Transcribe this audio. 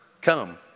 Come